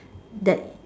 that